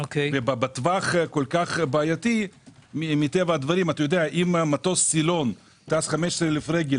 אתה יודע שאם מטוס סילון טס 15,000 רגל